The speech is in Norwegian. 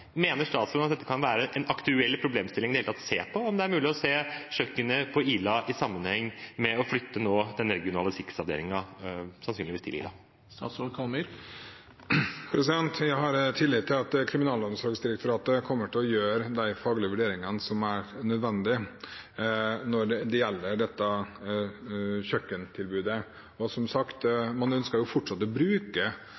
Mener statsråden at dette kan være en aktuell problemstilling – i det hele tatt å se på om det er mulig å se kjøkkenet på Ila i sammenheng med å flytte den regionale sikkerhetsavdelingen, sannsynligvis til Ila? Jeg har tillit til at Kriminalomsorgsdirektoratet kommer til å gjøre de faglige vurderingene som er nødvendig når det gjelder dette kjøkkentilbudet. Og som sagt: